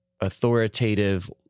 authoritative